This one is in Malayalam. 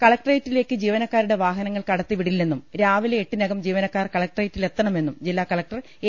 കളക്ടറേറ്റിലേക്ക് ജീവനക്കാരുടെ വാഹനങ്ങൾ കടത്തിവിടില്ലെന്നും രാവിലെ എട്ടിനകം ജീവനക്കാർ കളക്ടറേറ്റിൽ എത്ത ണമെന്നും ജില്ലാ കളക്ടർ എ